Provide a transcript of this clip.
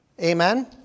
Amen